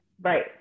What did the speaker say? Right